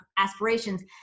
Aspirations